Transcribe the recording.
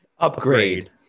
upgrade